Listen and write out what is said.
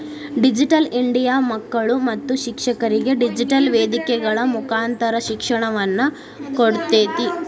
digital India ಮಕ್ಕಳು ಮತ್ತು ಶಿಕ್ಷಕರಿಗೆ ಡಿಜಿಟೆಲ್ ವೇದಿಕೆಗಳ ಮುಕಾಂತರ ಶಿಕ್ಷಣವನ್ನ ಕೊಡ್ತೇತಿ